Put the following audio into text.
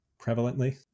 Prevalently